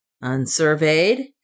unsurveyed